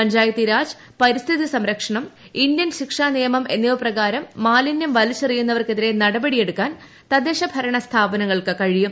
പഞ്ചായത്തീരാജ് പരിസ്ഥിതി സംരക്ഷണംഇന്ത്യൻ ശിക്ഷാ നിയമം എന്നിവ പ്രകാരം മാലിന്യം വലിച്ചെറിയുന്നവർക്കെതിരെ നടപടിയെടുക്കാൻ തദ്ദേശഭരണ സ്ഥാപനങ്ങൾക്കു കഴിയും